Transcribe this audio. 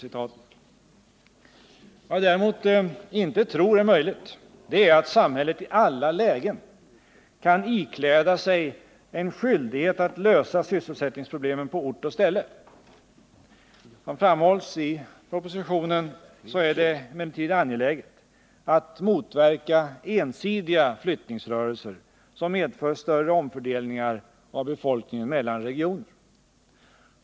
Vad jag däremot inte tror är möjligt är att samhället i alla lägen kan ikläda sig en skyldighet att lösa sysselsättningsproblemen på ort och ställe. Som det framhålles i propositionen är det angeläget att motverka ensidiga flyttningsrörelser som medför större omfördelningar av befolkningen mellan regioner.